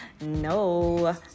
No